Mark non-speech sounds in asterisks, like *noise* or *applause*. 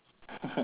*laughs*